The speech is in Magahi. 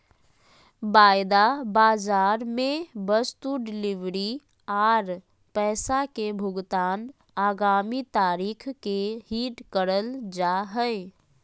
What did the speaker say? वायदा बाजार मे वस्तु डिलीवरी आर पैसा के भुगतान आगामी तारीख के ही करल जा हय